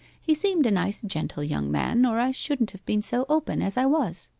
he seemed a nice, gentle young man, or i shouldn't have been so open as i was